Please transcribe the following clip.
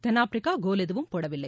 தென்னாப்பிரிக்கா கோல் எதுவும் போடவில்லை